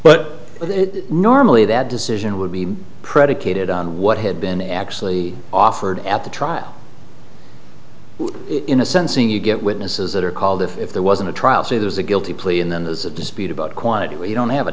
but normally that decision would be predicated on what had been actually offered at the trial in a sensing you get witnesses that are called if there wasn't a trial say there's a guilty plea and then there's a dispute about quantity where you don't have a